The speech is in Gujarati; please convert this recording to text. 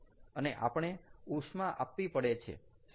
અને આપણે ઉષ્મા આપવી પડે છે